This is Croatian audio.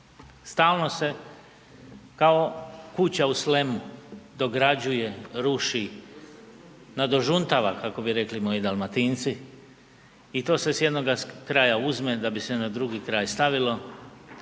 Stalno se kao kuća u slemu dograđuje, ruši, nadožuntava, kako bi rekli moji Dalmatinci i to se s jednoga kraja uzme da bi se na drugi kraj stavilo